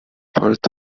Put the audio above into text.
part